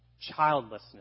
Childlessness